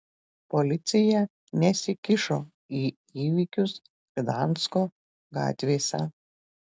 policija nesikišo į įvykius gdansko gatvėse